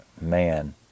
man